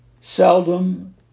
seldom